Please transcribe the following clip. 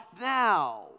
now